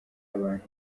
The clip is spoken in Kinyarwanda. abantu